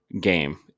game